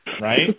Right